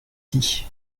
dit